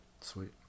Sweet